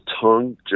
tongue